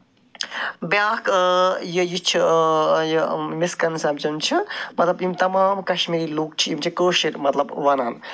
بیٛاکھ یا یہِ چھِ یہِ مِسکَنسٮ۪پشَن چھِ مطلب یِم تَمام کَشمیٖری لُکھ چھِ یِم چھِ کٲشِرۍ مطلب وَنان